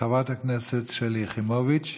חברת הכנסת שלי יחימוביץ',